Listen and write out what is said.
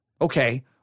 Okay